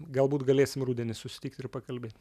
galbūt galėsim rudenį susitikt ir pakalbėt